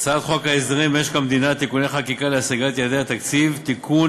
הצעת חוק הסדרים במשק המדינה (תיקוני חקיקה להשגת יעדי התקציב) (תיקון,